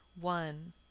One